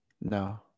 no